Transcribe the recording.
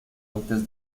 antes